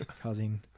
causing